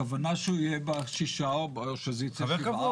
הכוונה שהוא יהיה בשישה או שזה יצא שבעה.